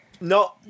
No